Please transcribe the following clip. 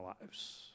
lives